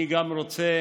אני גם רוצה